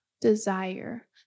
desire